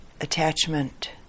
attachment